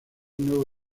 nuevo